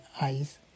eyes